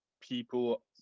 people